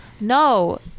No